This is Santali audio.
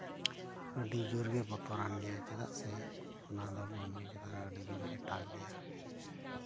ᱟᱹᱰᱤ ᱡᱳᱨᱜᱮ ᱵᱚᱛᱚᱨᱟᱱ ᱜᱮᱭᱟ ᱪᱮᱫᱟᱜ ᱥᱮ ᱚᱱᱟ ᱫᱚ ᱢᱟᱹᱱᱢᱤ ᱪᱮᱛᱟᱱᱨᱮ ᱟᱹᱰᱤ ᱡᱳᱨᱮ ᱮᱴᱟᱜᱽ ᱜᱮᱭᱟ